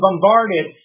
bombarded